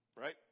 right